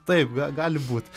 taip ga gali būt